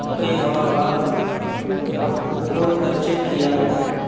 کے ہوا باد کو کھول کر چیک کیا